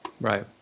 Right